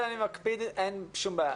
אין שום בעיה.